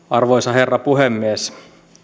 arvoisa herra puhemies